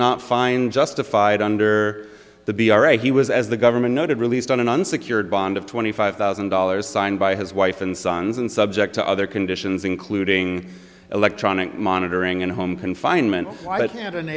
not find justified under the b r a he was as the government noted released on an unsecured bond of twenty five thousand dollars signed by his wife and sons and subject to other conditions including electronic monitoring and home confinement and an